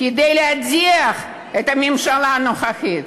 כדי להדיח את הממשלה הנוכחית.